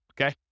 okay